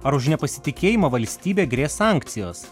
ar už nepasitikėjimą valstybe grės sankcijos